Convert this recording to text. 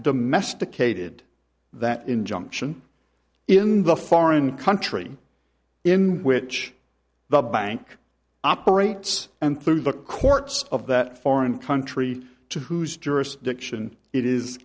domesticated that injunction in the foreign country in which the bank operates and through the courts of that foreign country to whose jurisdiction it is